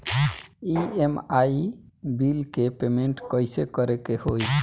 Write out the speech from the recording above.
EMI bill के payment कइसे करे के होई?